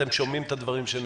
אתם שומעים את הדברים שנאמרים.